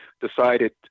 decided